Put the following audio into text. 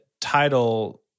title –